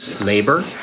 labor